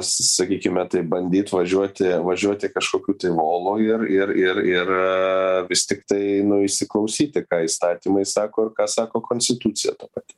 sakykime taip bandyt važiuoti važiuoti kažkokių tai volu ir ir ir ir vis tiktai nu įsiklausyti ką įstatymai sako ir ką sako konstitucija ta pati